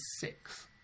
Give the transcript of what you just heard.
six